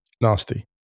Nasty